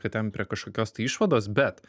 prie ten prie kažkokios tai išvados bet